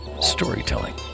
storytelling